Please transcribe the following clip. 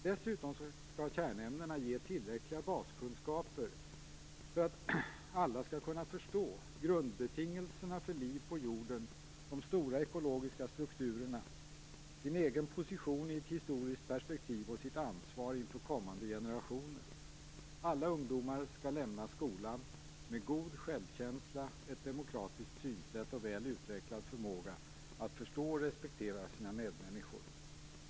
Dessutom skall kärnämnena ge tillräckliga baskunskaper för att alla skall kunna förstå grundbetingelserna för liv på jorden, de stora ekologiska srukturerna, sin egen position i ett historiskt perspektiv och sitt ansvar inför kommande generationer. Alla ungdomar skall lämna skolan med god självkänsla, ett demokratiskt synsätt och väl utvecklad förmåga att förstå och respektera sina medmänniskor.